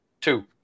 two